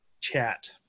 chat